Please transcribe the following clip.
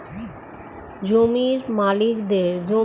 জমির মালিকদের জমির পরিমাণ অনুযায়ী প্রপার্টি ট্যাক্স দিতে হয়